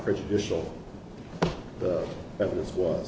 prejudicial evidence was